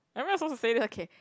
am I not supposed to say this okay